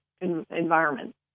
environment